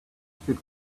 could